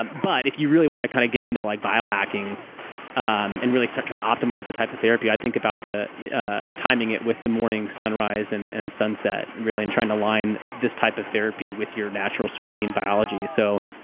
and but if you really want to kind of get into like biohacking um and really start trying to optimize the type of therapy, i'd think about ah timing it with the morning sunrise and and sunset and really and trying to line this type of therapy with your natural circadian biology. so,